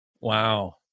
Wow